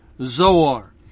Zoar